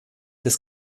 des